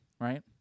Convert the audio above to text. right